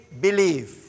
believe